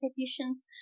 petitions